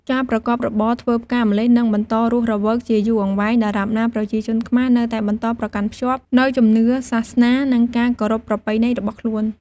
ការប្រកបរបរធ្វើផ្កាម្លិះនឹងបន្តរស់រវើកជាយូរអង្វែង ដរាបណាប្រជាជនខ្មែរនៅតែបន្តប្រកាន់ខ្ជាប់នូវជំនឿសាសនា និងការគោរពប្រពៃណីរបស់ខ្លួន។